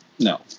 No